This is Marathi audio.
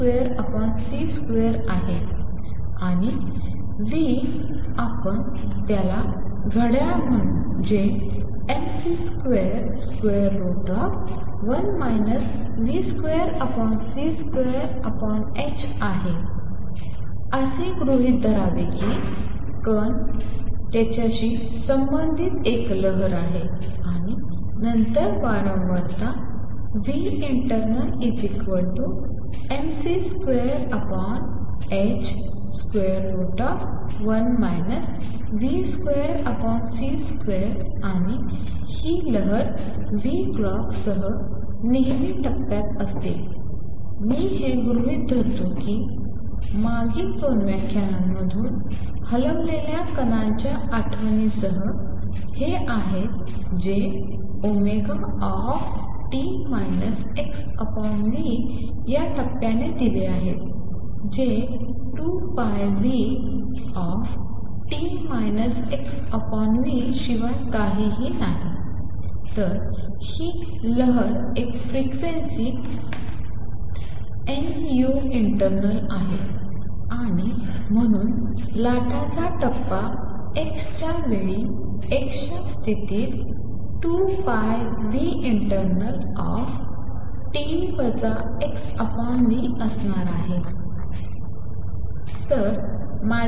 आहे आणि आपण त्याला घड्याळ म्हणू जे mc21 v2c2h आहे असे गृहीत धरावे की कण ला त्याच्याशी संबंधित एक लहर आहे आणि नंतर वारंवारता internal mc2h1 v2c2 आणि ही लहर clock सह नेहमी टप्प्यात असते हे मी गृहीत धरतो आहे की मागील 2 व्याख्यानांमधून हलवलेल्या कणांच्या आठवणीसह हे आहेत जे t xvया टप्प्याने दिले आहेत जे 2πνt xv शिवाय काहीच नाही तर ही लहर एक फ्रिक्वेंसी nu internal आहे आणि म्हणून लाटाचा टप्पा x च्या वेळी x च्या स्थितीत 2πinternalt xvअसणार आहे